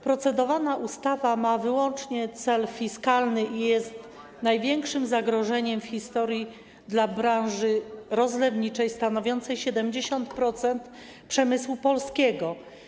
Procedowana ustawa ma wyłącznie cel fiskalny i jest największym zagrożeniem w historii dla branży rozlewniczej stanowiącej 70% przemysłu polskiego.